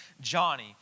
Johnny